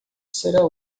será